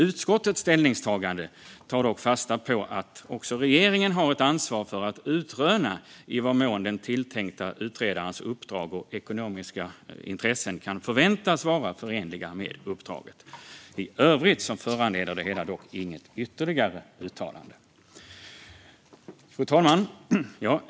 Utskottets ställningstagande tar dock fasta på att också regeringen har ett ansvar för att utröna i vad mån den tilltänkta utredarens uppdrag och ekonomiska intressen kan förväntas vara förenliga med uppdraget. I övrigt föranleder det hela dock inget ytterligare uttalande. Fru talman!